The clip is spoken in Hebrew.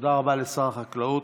תודה רבה לשר החקלאות.